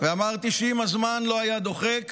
ואמרתי שאם הזמן לא היה דוחק,